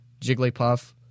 Jigglypuff